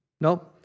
No